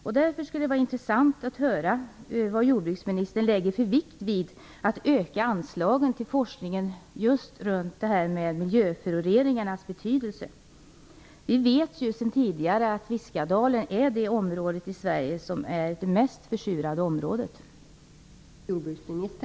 Det skulle därför vara intressant att höra vilken vikt jordbruksministern fäster vid att öka anslagen till forskningen om miljöföroreningarnas betydelse. Vi vet ju sedan tidigare att Viskadalen är det mest försurade området i Sverige.